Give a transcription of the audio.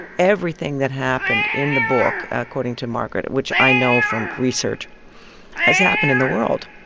everything that happened in the book, according to margaret which i know from research has happened in the world.